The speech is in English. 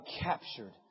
captured